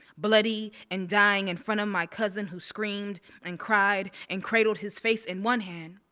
bloody and dying in front of my cousin who screamed and cried and cradled his face in one hand,